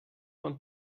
von